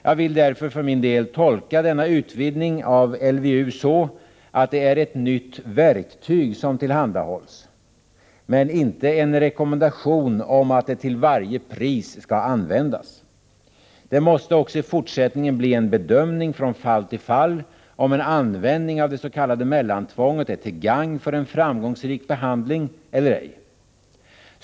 Jag vill därför för min del tolka denna utvidgning av LVU så att det är ett nytt verktyg som tillhandahålles, men inte en rekommendation om att det till varje pris skall användas. Det måste också i fortsättningen bli en bedömning från fall till fall, om en användning av det s.k. mellantvånget är till gågn för en framgångsrik behandling eller ej.